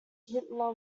hitler